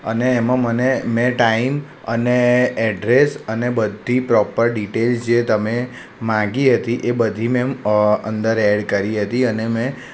અને એમાં મને મેં ટાઈમ અને એડ્રેસ અને બધી પ્રોપર ડિટેલ્સ જે તમે માગી હતી એ બધી મેં અંદર એડ કરી હતી અને મેં